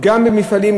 גם ממפעלים,